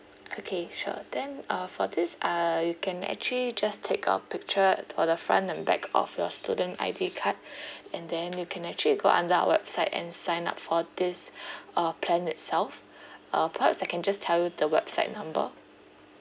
okay sure then uh for this uh you can actually just take a picture for the front and back of your student I_D card and then you can actually go under our website and sign up for this uh plan itself uh perhaps I can just tell you the website number